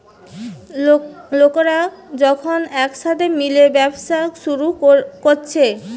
লোকরা যখন একসাথে মিলে ব্যবসা শুরু কোরছে